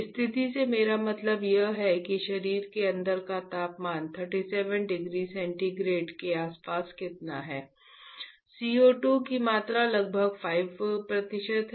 स्थिति से मेरा मतलब यह है कि शरीर के अंदर का तापमान 37 डिग्री सेंटीग्रेड के आसपास कितना है CO2 की मात्रा लगभग 5 प्रतिशत है